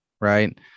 right